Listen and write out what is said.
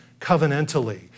covenantally